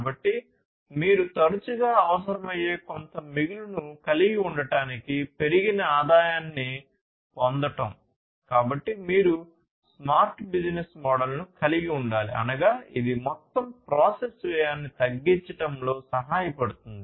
కాబట్టి మీరు తరచుగా అవసరమయ్యే కొంత మిగులును కలిగి ఉండటానికి పెరిగిన ఆదాయాన్ని పొందడం మించిపోతుంది